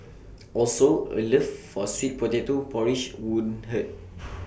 also A love for sweet potato porridge wouldn't hurt